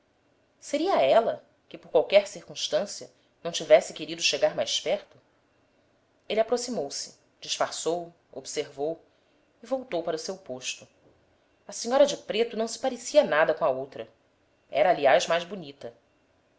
seria ela que por qualquer circunstância não tivesse querido chegar mais perto ele aproximou-se disfarçou observou e voltou para o seu posto a senhora de preto não se parecia nada com a outra era aliás mais bonita